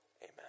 Amen